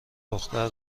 دختر